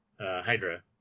Hydra